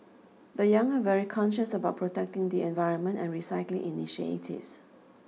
the young are very conscious about protecting the environment and recycling initiatives